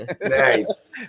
nice